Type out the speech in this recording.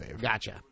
Gotcha